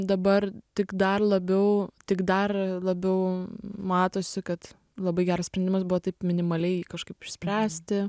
dabar tik dar labiau tik dar labiau matosi kad labai geras sprendimas buvo taip minimaliai kažkaip išspręsti